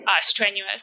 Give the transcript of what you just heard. strenuous